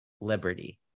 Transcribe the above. liberty